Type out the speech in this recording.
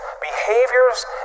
behaviors